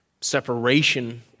separation